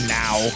now